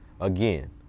again